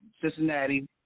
Cincinnati